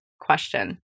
question